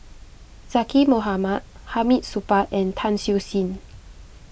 Zaqy Mohamad Hamid Supaat and Tan Siew Sin